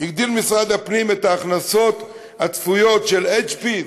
הגדיל משרד הפנים את ההכנסות הצפויות של HP,